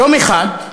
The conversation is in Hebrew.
יום אחד,